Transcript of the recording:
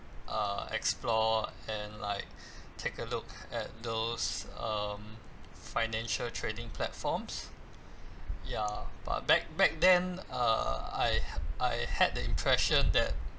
uh explore and like take a look at those um financial trading platforms yeah but back back then uh I I had the impression that